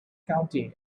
county